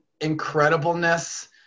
incredibleness